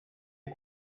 est